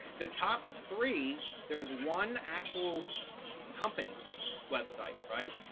the top three, there's one actual company website, right?